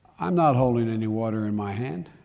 i'm not holding any water in my hand.